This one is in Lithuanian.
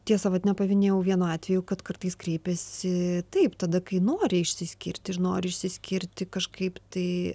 tiesa vat nepaminėjau vieno atvejo kad kartais kreipiasi taip tada kai nori išsiskirti ir nori išsiskirti kažkaip tai